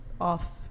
off